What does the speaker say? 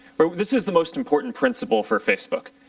but this is the most important principle for facebook.